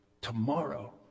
Tomorrow